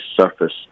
surface